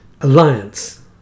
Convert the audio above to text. alliance